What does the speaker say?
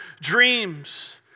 dreams